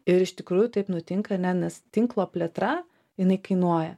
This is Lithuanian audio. ir iš tikrųjų taip nutinka ane nes tinklo plėtra jinai kainuoja